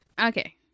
Okay